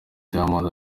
diamond